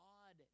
God